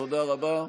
תודה רבה.